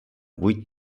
vuit